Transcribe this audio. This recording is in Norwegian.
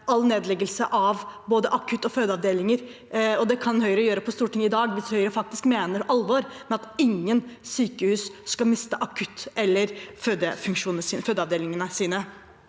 all nedleggelse av både akutt- og fødeavdelinger. Det kan Høyre gjøre på Stortinget i dag hvis Høyre faktisk mener alvor med at ingen sykehus skal miste akutt- eller fødeavdelingene sine.